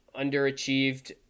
underachieved